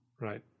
right